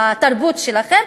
התרבות שלכם,